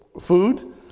food